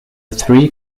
three